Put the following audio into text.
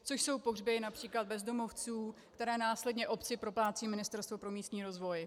Což jsou pohřby například bezdomovců, které následně obci proplácí Ministerstvo pro místní rozvoj.